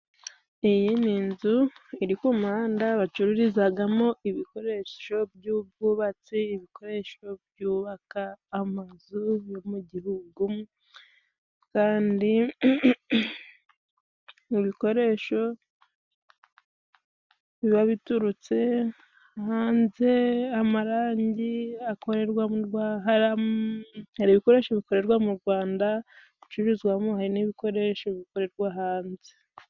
Iyi ni inzu iri ku muhanda bacururizagamo ibikoresho by'ubwubatsi, ibikoresho byubaka amazu yo mu gihugu. kandi mu bikoresho biba biturutse hanze amarangi akorerwa mu Rwanda, Hari ibikoresho bikorerwa mu rwanda bicururizwamo hari n'ibikoresho bikorerwa hanze.